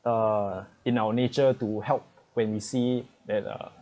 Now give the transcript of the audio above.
uh in our nature to help when you see that uh